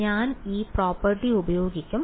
ഞാൻ ഈ പ്രോപ്പർട്ടി ഉപയോഗിക്കും